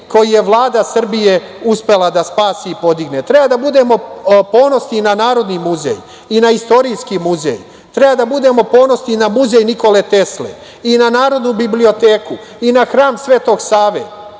koji je Vlada Srbije uspela da spasi i podigne, treba da budemo ponosni na Narodni muzej i na Istorijski muzej. Treba da budemo ponosni na Muzej Nikole Tesle i na Narodnu biblioteku i na Hram Svetog Save